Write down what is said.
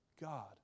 God